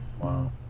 Wow